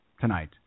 tonight